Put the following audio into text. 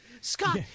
Scott